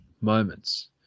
moments